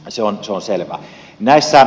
se on selvä